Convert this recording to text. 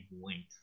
length